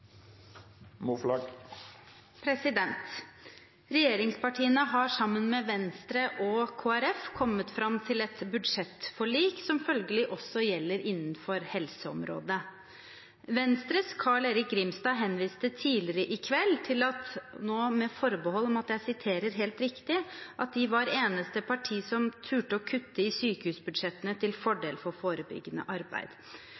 replikkordskifte. Regjeringspartiene har sammen med Venstre og Kristelig Folkeparti kommet fram til et budsjettforlik som følgelig også gjelder innenfor helseområdet. Venstres Carl-Erik Grimstad henviste tidligere i kveld til at de – med forbehold om at jeg siterer helt riktig – var det eneste partiet som turte å kutte i sykehusbudsjettene til